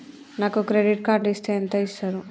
నాకు credit card ఇస్తే ఎంత ఇస్తరు?